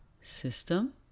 system